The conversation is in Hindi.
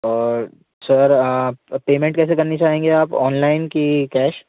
और सर आप पेमेंट कैसे करनी चाहेंगे आप ऑनलाइन कि कैश